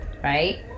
Right